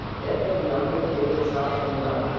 therefore the output voltage starts going up.